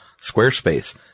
Squarespace